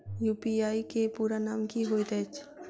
UPI केँ पूरा नाम की होइत अछि?